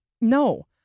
no